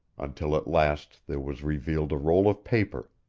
until at last there was revealed a roll of paper,